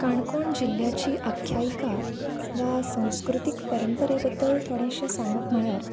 काणकोण जिल्ल्याची आख्यायीका वा संस्कृतीक परंपरे बद्दल थोडेशें सांगप म्हळ्यार